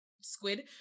squid